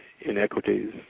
inequities